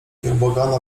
nieubłagana